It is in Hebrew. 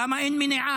למה אין מניעה?